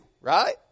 right